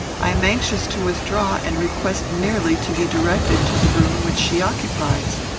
i am anxious to withdraw, and request merely to be directed to the room which she occupies.